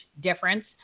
difference